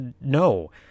no